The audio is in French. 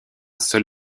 seul